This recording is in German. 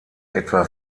etwa